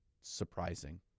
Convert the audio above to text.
surprising